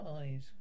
eyes